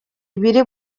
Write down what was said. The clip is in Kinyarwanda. ibiri